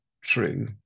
true